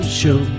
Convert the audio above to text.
show